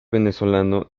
venezolano